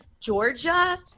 Georgia